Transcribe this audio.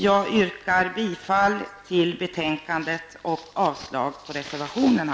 Jag yrkar bifall till hemställan i betänkandet och avslag på reservationerna.